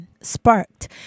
Sparked